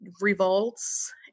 revolts